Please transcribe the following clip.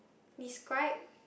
describe